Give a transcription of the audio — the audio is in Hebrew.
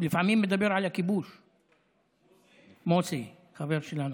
לפעמים הוא מדבר על הכיבוש, מוסי, חבר שלנו.